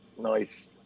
nice